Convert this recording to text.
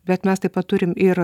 bet mes taip pat turim ir